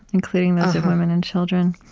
including those of women and children.